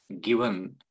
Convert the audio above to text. given